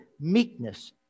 meekness